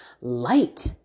light